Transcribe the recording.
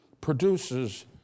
produces